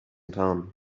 town